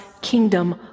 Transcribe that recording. kingdom